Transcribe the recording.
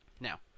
Now